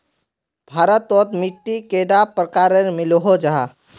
भारत तोत मिट्टी कैडा प्रकारेर मिलोहो जाहा?